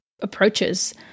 approaches